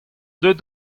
deuet